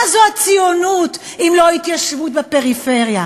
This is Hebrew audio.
מה זו הציונות אם לא התיישבות בפריפריה?